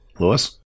Lewis